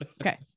Okay